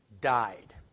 died